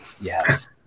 Yes